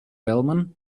wellman